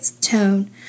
tone